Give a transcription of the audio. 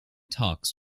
talks